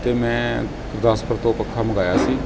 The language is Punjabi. ਅਤੇ ਮੈਂ ਗੁਰਦਾਸਪੁਰ ਤੋਂ ਪੱਖਾ ਮੰਗਵਾਇਆ ਸੀ